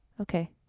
Okay